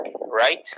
right